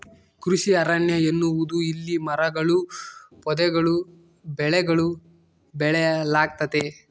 ಕೃಷಿ ಅರಣ್ಯ ಎನ್ನುವುದು ಇಲ್ಲಿ ಮರಗಳೂ ಪೊದೆಗಳೂ ಬೆಳೆಗಳೂ ಬೆಳೆಯಲಾಗ್ತತೆ